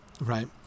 Right